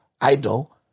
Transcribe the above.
idol